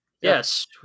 Yes